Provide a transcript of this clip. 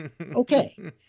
Okay